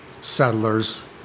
settlers